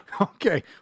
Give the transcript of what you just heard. Okay